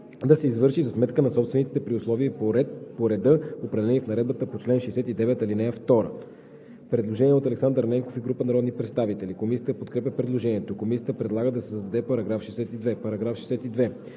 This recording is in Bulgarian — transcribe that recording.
да се извърши и за сметка на собствениците при условията и по реда, определени в наредбата по чл. 69, ал. 2.“ Предложение от Александър Ненков и група народни представители. Комисията подкрепя предложението. Комисията предлага да се създаде § 62: „§ 62.